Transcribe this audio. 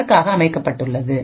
அதற்காக அமைக்கப்பட்டது